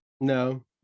No